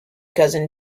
cousin